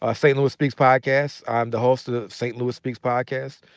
ah st. louis speaks podcast. i am the host of the st. louis speaks podcast.